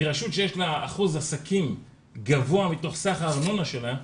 רשות שיש לה אחוז עסקים גבוה מתוך סך הארנונה שלה,